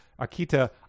Akita